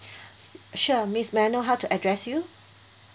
sure miss may I know how to address you